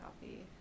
coffee